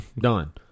done